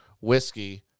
whiskey